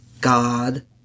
God